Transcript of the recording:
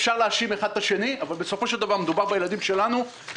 אפשר להאשים אחד את השני אבל בסופו של דבר מדובר בילדים של כולנו.